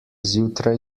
zjutraj